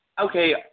Okay